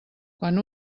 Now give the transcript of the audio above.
quan